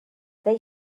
they